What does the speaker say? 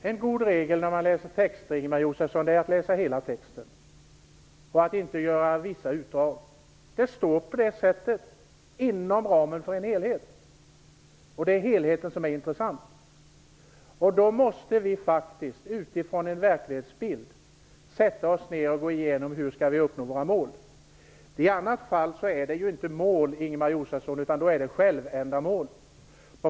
Herr talman! En god regel när man läser texter, Ingemar Josefsson, är att läsa hela texten. Man skall inte göra vissa utdrag. Det står "inom ramen för en helhet", och det är helheten som är intressant. Då måste vi utifrån en verklighetsbild sätta oss ned och gå igenom hur vi skall uppnå våra mål. I annat fall handlar det inte om mål, Ingemar Josefsson, utan då handlar det om självändamål.